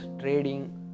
trading